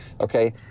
okay